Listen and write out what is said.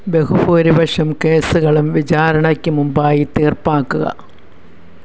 ബഹുഭൂരിപക്ഷം കേസുകളും വിചാരണയ്ക്ക് മുമ്പായി തീർപ്പാക്കുക